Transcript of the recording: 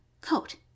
Coat